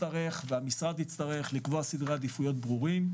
המשרד ואני נצטרך לקבוע סדרי עדיפויות ברורים.